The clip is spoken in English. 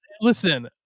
Listen